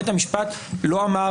בית המשפט לא אמר